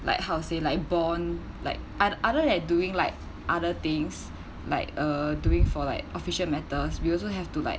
like how to say like bond like other other than doing like other things like uh doing for like official matters we also have to like